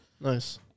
Nice